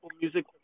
music